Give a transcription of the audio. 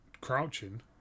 crouching